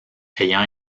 ayant